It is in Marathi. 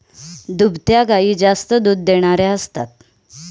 दुभत्या गायी जास्त दूध देणाऱ्या असतात